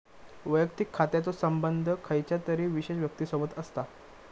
वैयक्तिक खात्याचो संबंध खयच्या तरी विशेष व्यक्तिसोबत असता